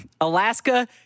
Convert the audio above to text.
Alaska